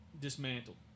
dismantled